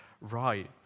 right